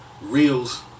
reels